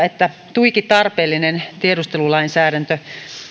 että tuiki tarpeellinen tiedustelulainsäädäntö